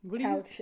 Couch